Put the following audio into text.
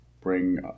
bring